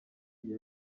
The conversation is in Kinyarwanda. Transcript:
muntu